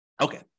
okay